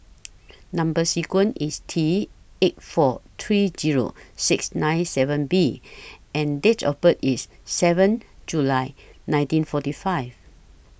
Number sequence IS T eight four three Zero six nine seven B and Date of birth IS seven July nineteen forty five